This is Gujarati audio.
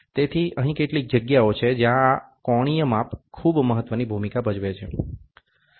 તેથી અહીં કેટલીક જગ્યાઓ છે જ્યાં આ કોણીય માપ ખૂબ મહત્વની ભૂમિકા ભજવે છે